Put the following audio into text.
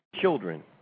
children